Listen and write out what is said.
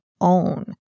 own